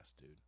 dude